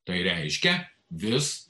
tai reiškia vis